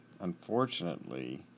unfortunately